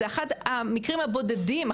זה אחד המקרים הבודדים,